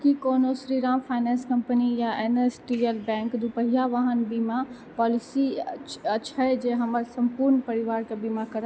की कोनो Shriram finance company या N S D L bank दुपहिया वाहन बीमा पॉलिसी छै जे हमर सम्पूर्ण परिवारके बीमा करए